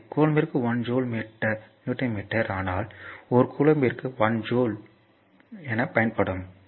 எனவே கூலம்பிற்கு ஒரு நியூட்டன் மீட்டர் ஆனால் ஒரு கூலம்பிற்கு 1 ஜூல் பயன்படுத்தப்படும்